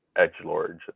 edgelords